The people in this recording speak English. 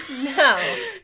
No